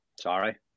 sorry